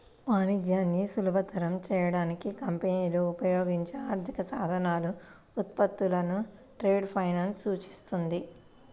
వాణిజ్యాన్ని సులభతరం చేయడానికి కంపెనీలు ఉపయోగించే ఆర్థిక సాధనాలు, ఉత్పత్తులను ట్రేడ్ ఫైనాన్స్ సూచిస్తుంది